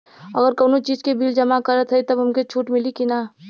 अगर कउनो चीज़ के बिल जमा करत हई तब हमके छूट मिली कि ना?